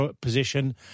position